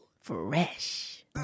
Fresh